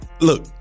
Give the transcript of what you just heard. Look